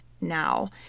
now